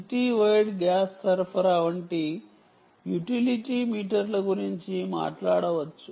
city wide gas సరఫరా వంటి utility మీటర్ల గురించి మాట్లాడవచ్చు